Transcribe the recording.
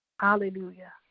Hallelujah